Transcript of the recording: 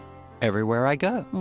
everywhere i go.